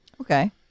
Okay